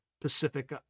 Pacific